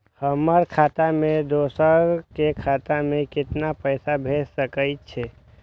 हमर खाता से दोसर के खाता में केना पैसा भेज सके छे?